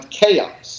chaos